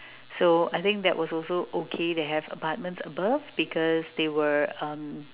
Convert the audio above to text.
so I think that was also okay they have apartments above because they were uh